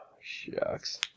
Shucks